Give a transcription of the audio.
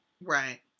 Right